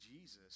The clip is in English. Jesus